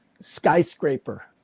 skyscraper